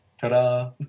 Ta-da